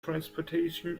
transportation